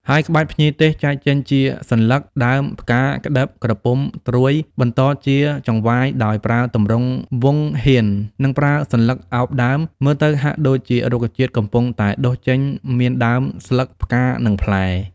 ហើយក្បាច់ភ្ញីទេសចែកចេញជាសន្លឹក ដើម ផ្កា ក្តឹប ក្រពុំ ត្រួយ បន្តជាចង្វាយដោយប្រើទម្រង់វង់ហៀន និងប្រើសន្លឹកឱបដើម មើលទៅហាក់ដូចជារុក្ខជាតិកំពុងតែដុះចេញមានដើម ស្លឹក ផ្កា និងផ្លែ។